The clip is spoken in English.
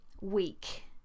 week